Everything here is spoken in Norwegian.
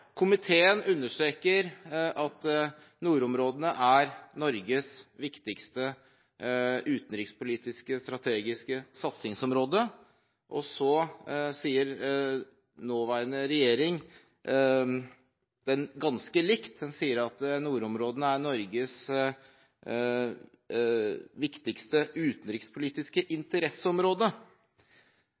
Komiteen understreker at nordområdene er Norges viktigste utenrikspolitiske strategiske satsingsområde. Og nåværende regjering sier det ganske likt. Den sier at nordområdene er Norges viktigste utenrikspolitiske interesseområde.